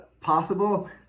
possible